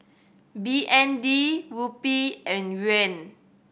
B N D Rupee and Yuan